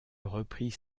reprit